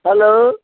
hello